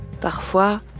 parfois